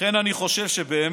לכן אני חושב ששר